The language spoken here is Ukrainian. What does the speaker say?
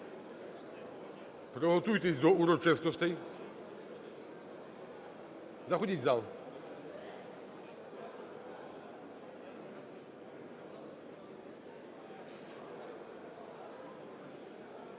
Приготуйтесь до урочистостей. Заходіть у зал.